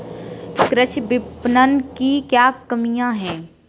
कृषि विपणन की क्या कमियाँ हैं?